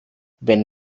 wenn